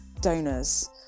donors